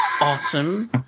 awesome